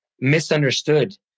misunderstood